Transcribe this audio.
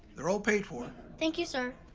they're all paid for. thank you, sir.